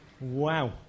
Wow